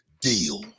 deal